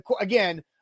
again